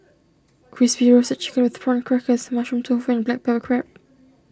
Crispy Roasted Chicken with Prawn Crackers Mushroom Tofu and Black Pepper Crab